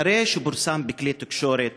אחרי שפורסם בכלי התקשורת